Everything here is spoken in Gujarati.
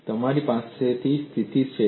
અને તમારી પાસે શું સ્થિતિ છે